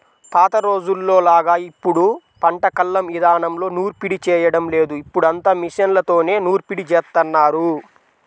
పాత రోజుల్లోలాగా ఇప్పుడు పంట కల్లం ఇదానంలో నూర్పిడి చేయడం లేదు, ఇప్పుడంతా మిషన్లతోనే నూర్పిడి జేత్తన్నారు